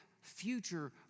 future